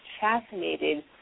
fascinated